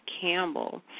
Campbell